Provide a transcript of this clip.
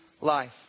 life